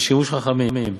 בשימוש חכמים,